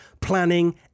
planning